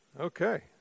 Okay